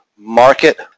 market